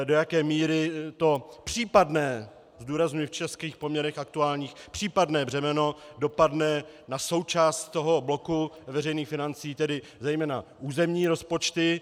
Do jaké míry to případné, zdůrazňuji v českých poměrech aktuální, případné břemeno dopadne na součást toho bloku veřejných financí, tedy zejména územní rozpočty.